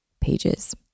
pages